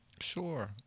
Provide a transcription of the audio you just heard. Sure